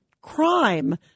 crime